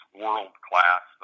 world-class